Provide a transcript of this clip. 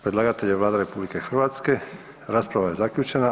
Predlagatelj je Vlada RH, rasprava je zaključena.